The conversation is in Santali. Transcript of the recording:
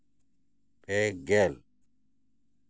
ᱯᱮ ᱜᱮᱞ